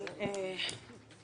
חברת הכנסת תומא סלימאן בבקשה.